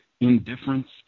indifference